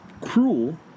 cruel